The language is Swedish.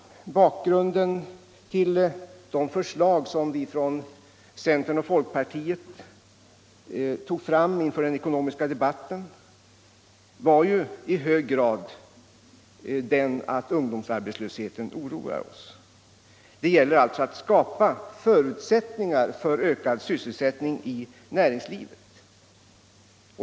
Bakgrunden till de förslag som vi från centern och folkpartiet tog fram inför den ekonomiska debatten var ungdomsarbetslösheten. Det gäller alltså att skapa förutsättningar för ökad utveckling i näringslivet.